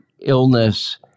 illness